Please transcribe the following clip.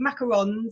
macarons